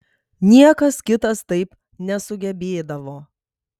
niekas kitas taip nesugebėdavo